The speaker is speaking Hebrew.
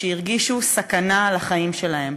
שהרגישו סכנה לחיים שלהם,